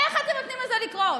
איך אתם נותנים לזה לקרות?